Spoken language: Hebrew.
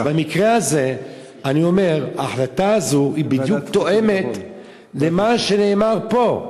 אז במקרה הזה אני אומר שההחלטה הזאת בדיוק תואמת למה שנאמר פה.